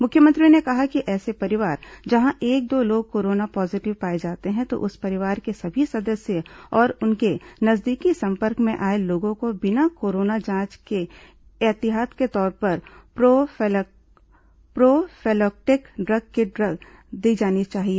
मुख्यमंत्री ने कहा कि ऐसे परिवार जहां एक दो लोग कोरोना पॉजीटिव पाए जाते हैं तो उस परिवार के सभी सदस्यों और उनके नजदीकी संपर्क में आए लोगों को बिना कोरोना जांच के ही एहतियात के तौर पर प्रॉफिलैक्टिक ड्रग किट दी जानी चाहिए